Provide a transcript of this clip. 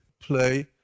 play